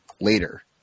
later